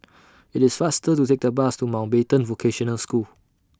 IT IS faster to Take The Bus to Mountbatten Vocational School